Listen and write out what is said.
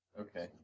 Okay